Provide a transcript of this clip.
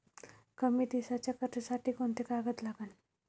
कमी दिसाच्या कर्जासाठी कोंते कागद लागन?